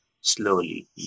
slowly